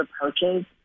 approaches